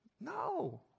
No